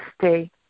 stay